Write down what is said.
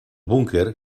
búnquer